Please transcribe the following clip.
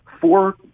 four